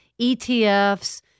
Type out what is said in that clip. ETFs